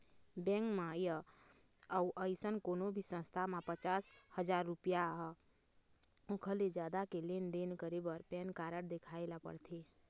bank म य अउ अइसन कोनो भी संस्था म पचास हजाररूपिया य ओखर ले जादा के लेन देन करे बर पैन कारड देखाए ल परथे